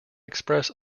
express